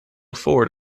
ford